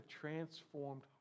transformed